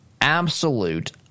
absolute